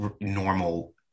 normal